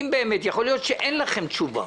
יכול להיות שאין לכם תשובה,